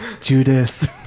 Judas